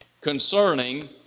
concerning